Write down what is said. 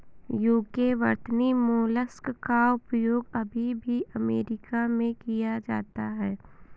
UK वर्तनी mollusc का उपयोग अभी भी अमेरिका में किया जाता है